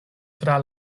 tra